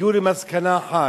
הגיעו למסקנה אחת,